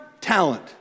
talent